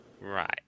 Right